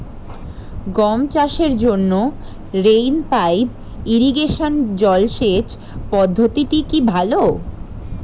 গম চাষের জন্য রেইন পাইপ ইরিগেশন জলসেচ পদ্ধতিটি কি ভালো?